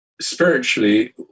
spiritually